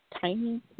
Tiny